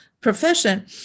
profession